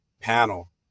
panel